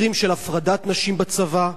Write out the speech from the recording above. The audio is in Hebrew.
מקרים של הפרדת נשים בצבא,